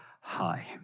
Hi